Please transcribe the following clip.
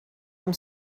from